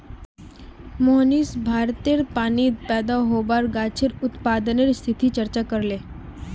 मोहनीश भारतेर पानीत पैदा होबार गाछेर उत्पादनेर स्थितिर चर्चा करले